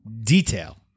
detail